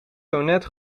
zonet